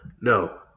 no